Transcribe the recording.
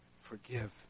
forgive